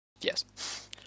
yes